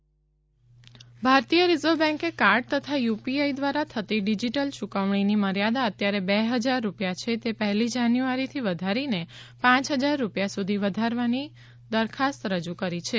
reserve bank digital ભારતીય reserve બેન્કે card તથા યુપીઆઈ દ્વારા થતાં ડીજીટલ યૂકવણીની મર્યાદા અત્યારે બે ફજાર રૂપિયા છે તે પહેલી જાન્યુઆરીથી વધારીને પાંચ હજાર રૂપિયા સુધી વધારવાની દરખાસ્ત રજૂ કરી છે